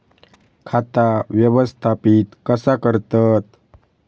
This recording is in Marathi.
खाता व्यवस्थापित कसा करतत?